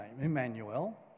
Emmanuel